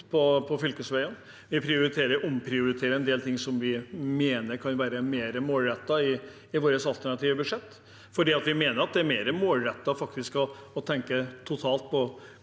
Vi omprioriterer en del ting som vi mener kan være mer målrettet, i vårt alternative budsjett, for vi mener at det er mer målrettet å tenke totalt på